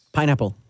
Pineapple